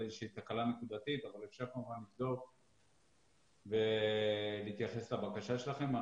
איזושהי תקלה נקודתית אבל כמובן אפשר לבדוק ולהתייחס לבקשה שלכם.